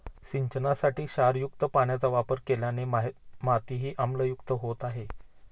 सिंचनासाठी क्षारयुक्त पाण्याचा वापर केल्याने मातीही आम्लयुक्त होत आहे